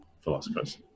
philosophers